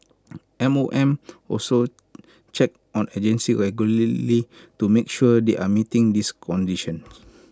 M O M also checks on agencies regularly to make sure they are meeting these conditions